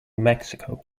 mexico